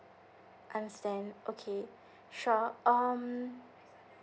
understand okay sure um